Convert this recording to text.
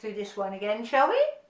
this one again shall we